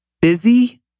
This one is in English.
busy